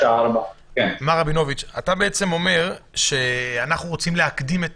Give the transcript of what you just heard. מר רבינוביץ', אתה אומר שאנחנו רוצים להקדים את